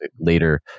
later